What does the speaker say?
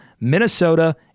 Minnesota